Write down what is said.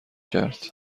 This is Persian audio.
کرد